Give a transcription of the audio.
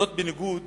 זאת בניגוד